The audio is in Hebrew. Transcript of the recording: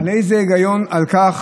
איזה היגיון, על כך